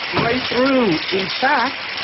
right through. in fact,